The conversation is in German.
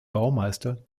baumeister